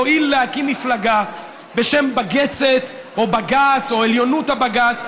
יואיל להקים מפלגה בשם בגצת או בג"ץ או עליונות הבג"ץ,